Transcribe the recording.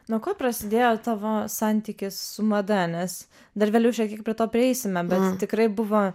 nuo ko prasidėjo tavo santykis su mada nes dar vėliau šiek tiek prie to prieisime bet tikrai buvo